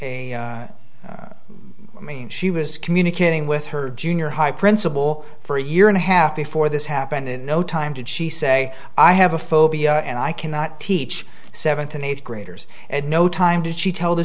a i mean she was communicating with her junior high principal for a year and a half before this happened in no time did she say i have a phobia and i cannot teach seventh and eighth graders at no time did she tell the